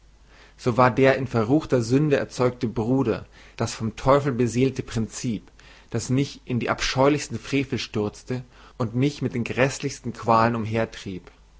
so war der in verruchter sünde erzeugte bruder das vom teufel beseelte prinzip das mich in die abscheulichsten frevel stürzte und mich mit den gräßlichsten qualen